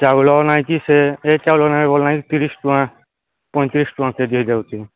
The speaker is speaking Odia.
ଚାଉଳ ନାଇଁ କି ସେ ଏ ଚାଉଳ ନାଇଁ ଭଲ ନାଇଁ ତିରିଶ ଟଙ୍କା ପଇଁତିରିଶ ଟଙ୍କା କେଜି ହୋଇଯାଉଛି